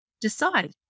decide